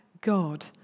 God